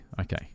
okay